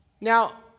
Now